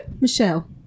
Michelle